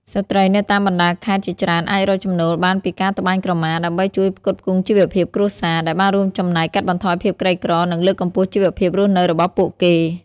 ស្ត្រីនៅតាមបណ្តាខេត្តជាច្រើនអាចរកចំណូលបានពីការត្បាញក្រមា ដើម្បីជួយផ្គត់ផ្គង់ជីវភាពគ្រួសារ ដែលបានរួមចំណែកកាត់បន្ថយភាពក្រីក្រ និងលើកកម្ពស់ជីវភាពរស់នៅរបស់ពួកគេ។